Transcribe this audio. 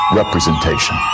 representation